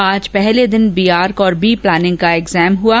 आज पहले दिन बीआर्क और बी प्लानिंग का एग्जाम हआ